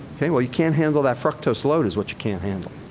ok. well, you can't handle that fructose load is what you can't handle.